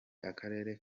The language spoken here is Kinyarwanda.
akarere